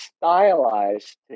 stylized